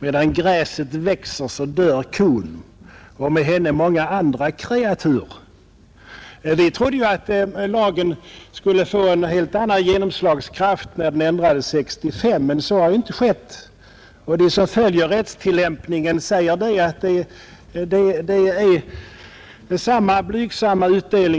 ”Medan gräset gror dör kon” — och med henne många andra kreatur. Vi trodde att lagen skulle få en helt annan genomslagskraft när den ändrades 1965, men så har inte skett. De som följer rättstillämpningen säger att den fortfarande ger samma blygsamma utdelning.